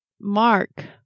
Mark